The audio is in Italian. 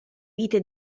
vite